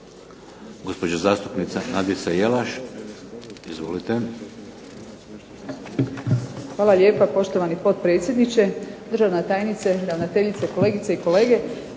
Gospođa zastupnica Nadica Jelaš, izvolite. **Jelaš, Nadica (SDP)** Hvala lijepa, poštovani potpredsjedniče. Državna tajnice, ravnateljice, kolegice i kolege.